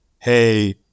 hey